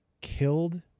killed